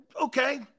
Okay